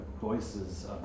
voices